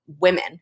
Women